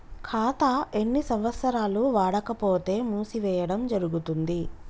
ఖాతా ఎన్ని సంవత్సరాలు వాడకపోతే మూసివేయడం జరుగుతుంది?